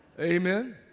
Amen